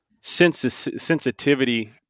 sensitivity